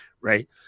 right